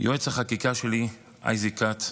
יועץ החקיקה שלי, אייזיק כץ,